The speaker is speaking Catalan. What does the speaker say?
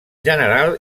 general